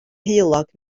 heulog